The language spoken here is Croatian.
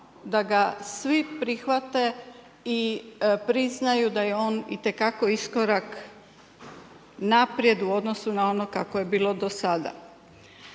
da ga svi prihvate i priznaju da je on itekako iskorak naprijed, u odnosu na ono kako je bilo do sada.